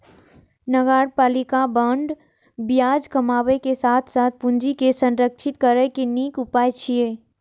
नगरपालिका बांड ब्याज कमाबै के साथ साथ पूंजी के संरक्षित करै के नीक उपाय छियै